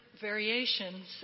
variations